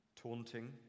taunting